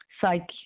psych